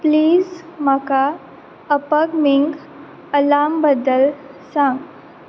please म्हाका upcoming alarm बद्दल सांग